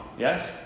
Yes